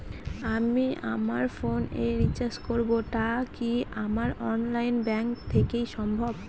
আমি আমার ফোন এ রিচার্জ করব টা কি আমার অনলাইন ব্যাংক থেকেই সম্ভব?